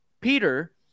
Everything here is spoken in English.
Peter